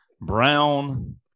brown